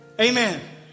Amen